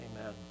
Amen